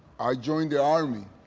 i joined the army.